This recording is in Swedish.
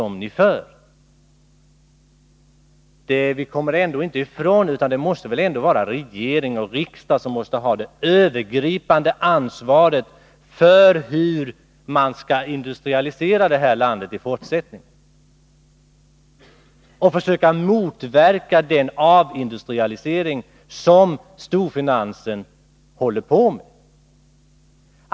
Man kommer ju ändå inte ifrån att det måste vara regeringen och riksdagen som har det övergripande ansvaret för hur man skall industrialisera det här landet i fortsättningen och försöka motverka den avindustrialisering som storfinansen håller på med.